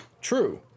True